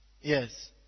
Yes